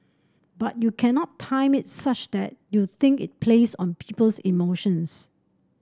but you cannot time it such that you think it plays on people's emotions